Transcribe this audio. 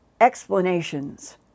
Explanations